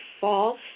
false